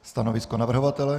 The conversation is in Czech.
Stanovisko navrhovatele?